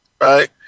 right